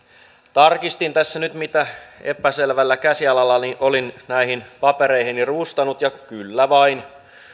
tarkistin tässä nyt mitä epäselvällä käsialallani olin näihin papereihini rustannut ja kyllä vain